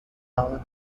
hour